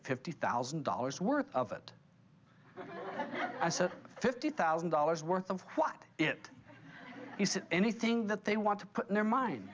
fifty thousand dollars worth of it i said fifty thousand dollars worth of what it is that anything that they want to put in their min